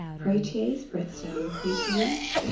protease breaks down proteins